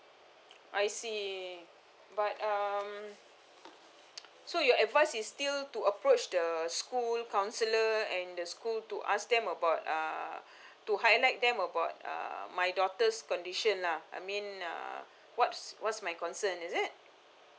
I see okay but um so your advice is still to approach the school counsellor and the school to ask them about uh to highlight them about uh my daughter's condition lah I mean uh what's what's my concern is it